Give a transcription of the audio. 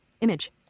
image